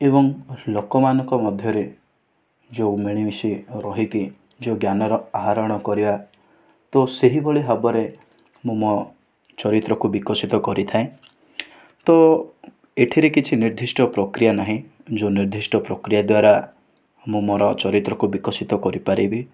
ଏବଂ ଲୋକମାନଙ୍କ ମଧ୍ୟରେ ଯେଉଁ ମିଳିମିଶି ରହିକି ଯେଉଁ ଜ୍ଞାନର ଆହରଣ କରିବା ତ ସେହିଭଳି ଭାବରେ ମୁଁ ମୋ ଚରିତ୍ରକୁ ବିକଶିତ କରିଥାଏ ତ ଏଠିରେ କିଛି ନିର୍ଦ୍ଧିଷ୍ଟ ପ୍ରକ୍ରିୟା ନାହିଁ ଯେଉଁ ନିର୍ଦ୍ଧିଷ୍ଟ ପ୍ରକ୍ରିୟା ଦ୍ଵାରା ମୁଁ ମୋର ଚରିତ୍ରକୁ ବିକଶିତ କରିପାରିବି